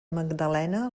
magdalena